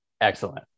Excellent